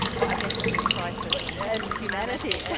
well identity and crisis and yeah and humanity. are